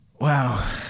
Wow